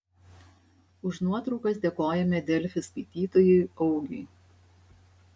už nuotraukas dėkojame delfi skaitytojui augiui